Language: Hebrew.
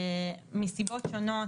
מסיבות שונות,